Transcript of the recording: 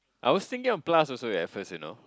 I was thinking a plus also at first you know